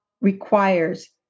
requires